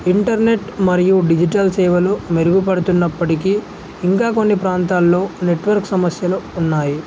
internet మరియు digital సేవలు మెరుగుపడుతున్నప్పటికీ ఇంకా కొన్ని ప్రాంతాల్లో నెట్వర్క్ సమస్యలు ఉన్నాయి